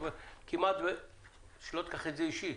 אל תיקח את אישית,